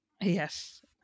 yes